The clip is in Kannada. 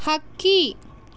ಹಕ್ಕಿ